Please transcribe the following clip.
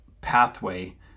pathway